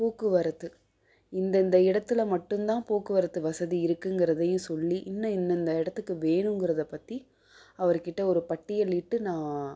போக்குவரத்து இந்தந்த இடத்தில் மட்டும்தான் போக்குவரத்து வசதி இருக்குங்கறதையும் சொல்லி இன்னும் இந்தந்த இடத்துக்கு வேணுங்கறதை பற்றி அவர்க்கிட்ட ஒரு பட்டியலிட்டு நான்